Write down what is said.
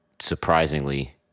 surprisingly